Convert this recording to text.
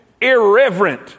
irreverent